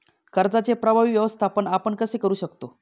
कर्जाचे प्रभावी व्यवस्थापन आपण कसे करु शकतो?